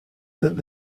that